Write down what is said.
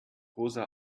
rosa